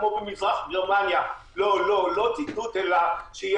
כמו במזרח-גרמניה: לא ציטוט אלא שתהיה